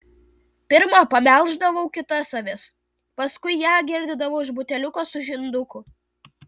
pirma pamelždavau kitas avis paskui ją girdydavau iš buteliuko su žinduku